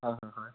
অ' হয়